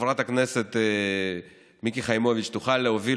שחברת הכנסת מיקי חיימוביץ' תוכל להוביל